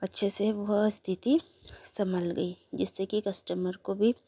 अच्छे से वह स्थिति संभल गई जिससे कि कस्टमर को भी